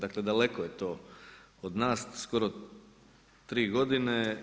Dakle, daleko je to od nas skoro tri godine.